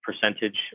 Percentage